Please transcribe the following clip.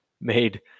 made